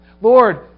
Lord